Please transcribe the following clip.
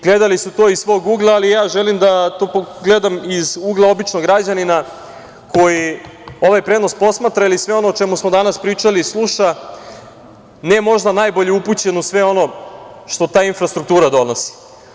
Gledali su to iz svog ugla, ali ja želim da gledam iz ugla običnog građanina koji ovaj prenos posmatra ili sve ono o čemu smo danas pričali sluša, ne možda najbolje upućen u sve ono što ta infrastruktura donosi.